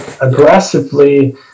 aggressively